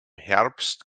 herbst